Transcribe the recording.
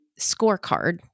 scorecard